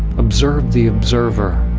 observed the observer.